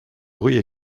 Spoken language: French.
bruit